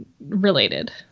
related